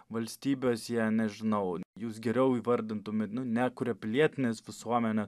valstybės jie nežinau jūs geriau įvardintumėt nu nekuria pilietinės visuomenės